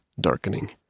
darkening